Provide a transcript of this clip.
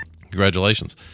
Congratulations